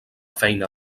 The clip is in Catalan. feina